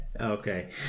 Okay